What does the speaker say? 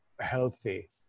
healthy